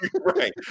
Right